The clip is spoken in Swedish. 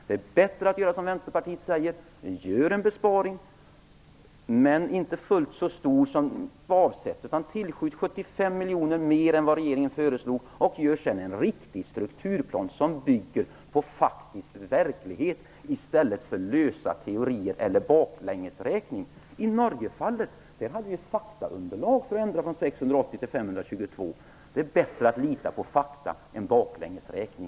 Det är väl bättre att göra som Vänsterpartiet föreslår: Vi gör en besparing, men inte fullt så stor som avsikten var utan tillskjuter 75 miljoner mer än regeringen föreslog och gör sedan en riktig strukturplan som bygger på faktisk verklighet i stället för lösa teorier eller baklängesräkning. När det gällde Norge hade vi ett faktaunderlag för att ändra antalet tjänster från 680 till 522. Det är bättre att lita på fakta än baklängesräkning.